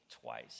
twice